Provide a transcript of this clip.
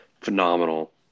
phenomenal